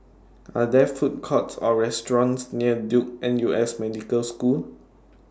Are There Food Courts Or restaurants near Duke N U S Medical School